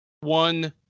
one